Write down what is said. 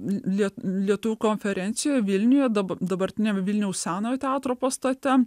l liet lietuvių konferenciją vilniuje daba dabartiniam vilniaus senojo teatro pastate